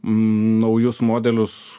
naujus modelius